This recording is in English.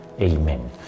Amen